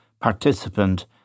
participant